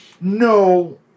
No